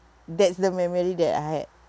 that's the memory that I had